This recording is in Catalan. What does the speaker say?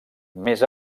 més